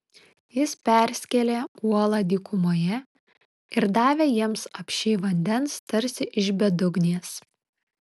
jis perskėlė uolą dykumoje ir davė jiems apsčiai vandens tarsi iš bedugnės